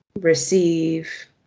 receive